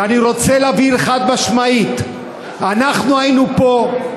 ואני רוצה להבהיר חד-משמעית: היינו פה,